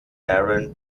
aaron